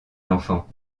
l’enfant